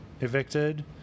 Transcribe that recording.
evicted